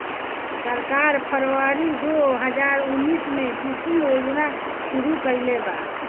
सरकार फ़रवरी दो हज़ार उन्नीस में कुसुम योजना शुरू कईलेबा